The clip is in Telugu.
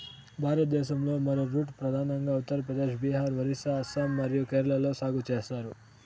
భారతదేశంలో, యారోరూట్ ప్రధానంగా ఉత్తర ప్రదేశ్, బీహార్, ఒరిస్సా, అస్సాం మరియు కేరళలో సాగు చేస్తారు